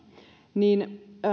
niin